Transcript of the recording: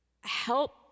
help